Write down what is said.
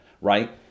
right